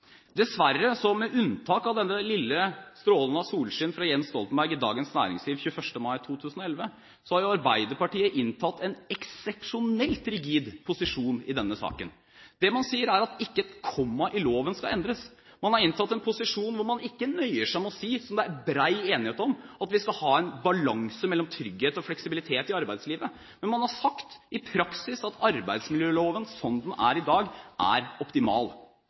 Dessverre, med unntak av denne strålen av solskinn fra Jens Stoltenberg i Dagens Næringsliv 21. mai 2011, har Arbeiderpartiet inntatt en eksepsjonelt rigid posisjon i denne saken. Man sier at ikke et komma i loven skal endres. Man har inntatt en posisjon der man ikke nøyer seg med å si – som det er bred enighet om – at vi skal ha en balanse mellom trygghet og fleksibilitet i arbeidslivet. Men man har sagt i praksis at arbeidsmiljøloven, slik den er i dag, er optimal.